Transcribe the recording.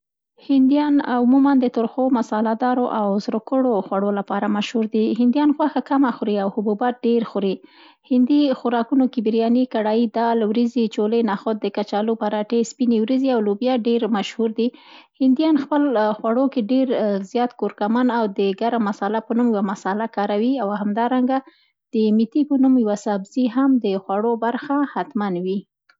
هندیان عموما د ترخو، مصاله دارو او سره کړو خوړو لپاره مشهور دي. هندیان غوښه کمه خوري او حبوبات ډېر خوري. هندي خوراکونو کې بریاني، کړایي، دال، وریځي، چولې نخود، د کچالو پراټې، سپني وریځي او لوبیا ډېر مشهور دي. هندیان خپل خواړو کې ډېر زیاد کورکمن او د ګرم مصاله په نوم یوه مصاله کاروي او همدارنګه د متي په نوم یوه سبزي هم د خوړو برخه حتمن وي.